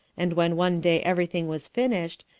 and when one day everything was finished,